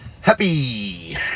happy